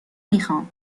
میخوام